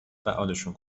فعالشان